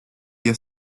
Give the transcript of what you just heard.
día